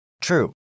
True